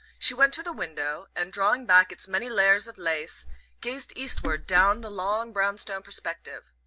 she went to the window, and drawing back its many layers of lace gazed eastward down the long brownstone perspective.